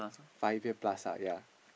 five year plus ah ya